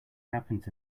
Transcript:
happens